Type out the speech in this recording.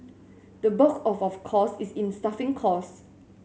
the bulk of our cost is in staffing costs